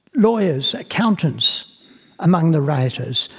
lawyers, accountant among the rioters,